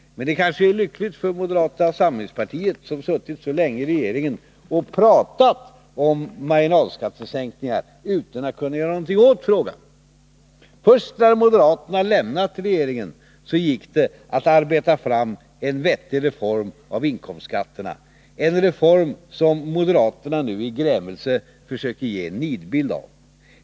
Men det kanske är lyckligt för moderata samlingspartiet, som suttit så länge i regeringen och pratat om marginalskattesänkningar, utan att kunna göra något åt frågan. Först när moderaterna lämnat regeringen gick det att arbeta fram en vettig reform av inkomstskatterna, en reform som moderaterna nu i sin grämelse försöker ge en nidbild av.